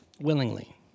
Willingly